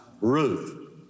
Ruth